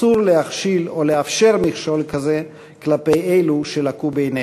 אסור להכשיל או לאפשר מכשול כזה כלפי אלו שלקו בעיניהם.